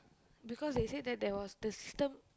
because they said that there was the system